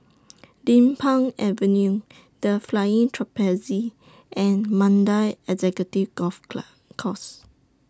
Din Pang Avenue The Flying Trapeze and Mandai Executive Golf Club Course